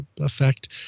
effect